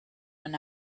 when